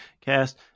cast